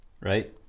right